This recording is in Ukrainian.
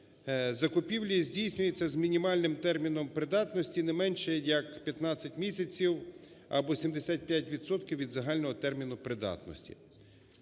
закупівлі здійснюються з мінімальним терміном придатності, не менше як 15 місяців або 75 відсотків від загального терміну придатності.